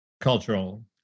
cultural